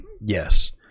Yes